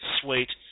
sweet